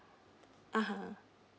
(uh huh)